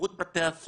שירות בתי הסוהר,